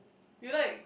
you like